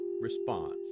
response